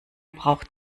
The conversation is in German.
braucht